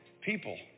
people